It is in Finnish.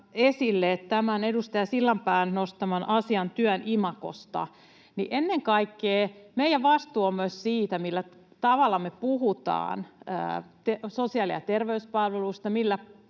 esille tämän edustaja Sillanpään nostaman asian työn imagosta. Ennen kaikkea meillä on vastuumme myös siitä, millä tavalla me puhutaan sosiaali- ja terveyspalveluista,